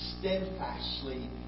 steadfastly